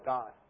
God